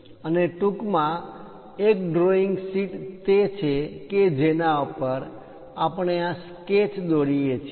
અને ટુંકમા એક ડ્રોઇંગ શીટ તે છે કે જેના પર આપણે આ સ્કેચ દોરીએ છીએ